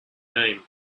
name